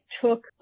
took